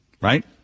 right